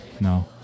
no